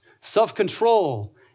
self-control